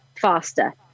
faster